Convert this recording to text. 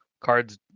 cards